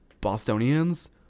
Bostonians